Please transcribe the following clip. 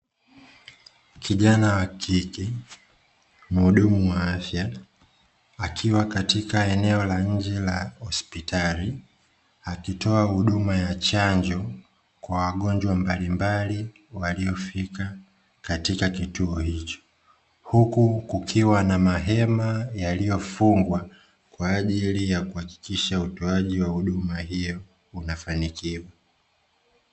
Kijana wa kike mhudumu wa afya, akiwa katika eneo la nje la hospitali akitoa huduma ya chanjo kwa wagonjwa mbalimbali waliofika katika kituo hicho. Huku kukiwa na mahema yaliyofungwa kwaajili ya kuhakikisha utoaji wa huduma hiyo unafanikiwa.